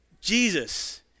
Jesus